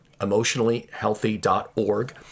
EmotionallyHealthy.org